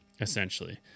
essentially